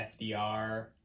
FDR